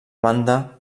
banda